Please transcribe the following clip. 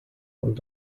und